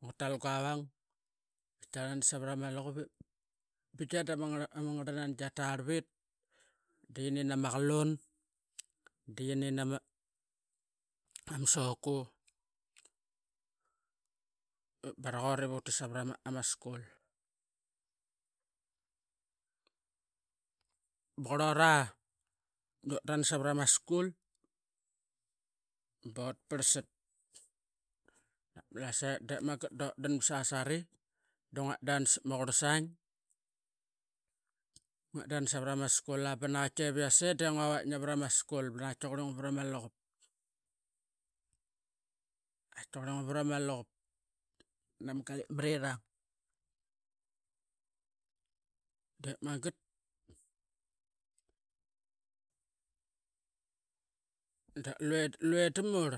Ngutal guawang ip qataqarl nani savarama luqup ip bigia da ma ngarlangi tkia tarlvit di yinin ama qalaun ama soku ip baraqaut ivutit savarama school. Baqurlora dotan ssavarama school bot parlsat navat ma Malasaet dep mangat dutdan sasari du ngu atdan sap ma qurlsaing. Ngu atdan savarama school a biasi de ngu await navarama school ba naqaitki qurlingua varama luqup da ngu atakmat nama galipmatirang. Dep mangat da lue da murl